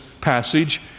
passage